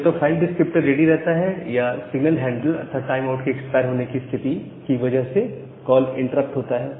या तो file descriptor ready होता है या सिग्नल हैंडलर अथवा टाइम आउट के एक्सपायर होने की स्थिति की वजह से कॉल इंटरप्ट होता है